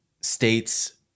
states